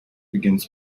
begins